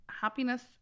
happiness